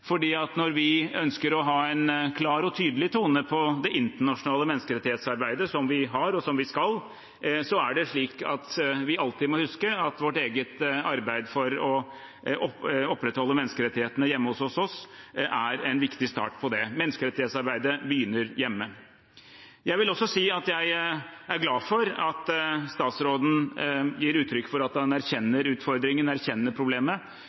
når vi ønsker å ha en klar og tydelig tone i det internasjonale menneskerettighetsarbeidet – som vi har, og som vi skal ha – må vi alltid huske at vårt eget arbeid for å opprettholde menneskerettighetene også hjemme hos oss, er en viktig start på det. Menneskerettighetsarbeidet begynner hjemme. Jeg vil også si at jeg er glad for at statsråden gir uttrykk for at han erkjenner utfordringen, erkjenner problemet,